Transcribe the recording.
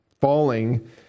falling